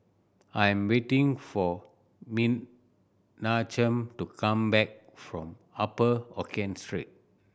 I am waiting for Menachem to come back from Upper Hokkien Street